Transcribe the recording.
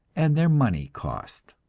and their money cost.